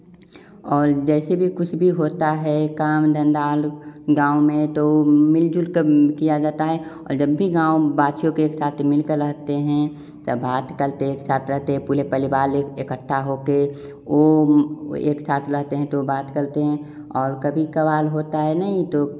और जैसे भी कुछ भी होता है काम धंधा आलू गाँव में तो वह मिलजुल क किया जाता है और जब भी गाँव वासियों के एक साथ मिल कर रहते हैं तो बात करते एक साथ रहते पूरे परिवार एक इकट्ठा होकर ओम एक साथ रहते हैं तो बात करते हैं और कभी कभार होता है नहीं टोक